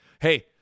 hey